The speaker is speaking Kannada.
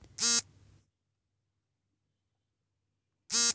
ಎರಡು ಎಕರೆ ಭತ್ತದ ಭೂಮಿಗೆ ಎಷ್ಟು ಪ್ರಮಾಣದ ನೀರನ್ನು ಬಳಸಬೇಕು?